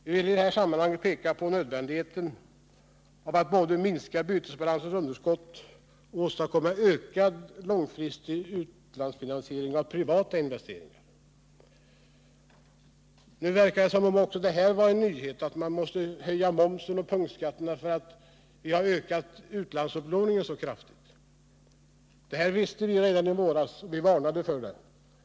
Vi ville i det sammanhanget peka på nödvändigheten av att både minska bytesbalansens underskott och åstadkomma en ökad långfristig utlandsfinansiering av privata investeringar. Nu verkar även detta vara en nyhet. Momsen och punktskatterna måste höjas för att utlandsupplåningen ökat så kraftigt. Det visste vi redan i våras. Vi varnade för det.